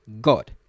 God